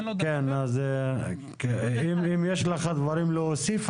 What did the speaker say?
אם יש לך דברים להוסיף.